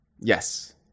Yes